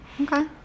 okay